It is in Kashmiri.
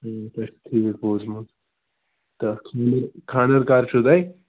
ٹھیٖک تۄہہِ چھُو ٹھیٖک بوٗزمُت تہٕ اَسہِ چھُ یہِ خانٛدَر کَر چھُو تۄہہِ